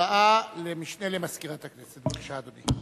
הודעה למשנה למזכירת הכנסת, בבקשה, אדוני.